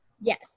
Yes